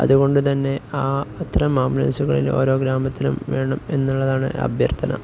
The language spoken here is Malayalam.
അതുകൊണ്ടുതന്നെ ആ അത്തരം ആംബുലൻസുകള് ഓരോ ഗ്രാമത്തിലും വേണമെന്നുള്ളതാണ് അഭ്യര്ത്ഥന